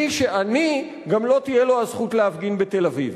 מי שעני, גם לא תהיה לו הזכות להפגין בתל-אביב.